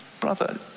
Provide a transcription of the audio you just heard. Brother